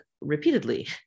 repeatedly